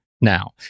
now